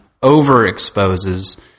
overexposes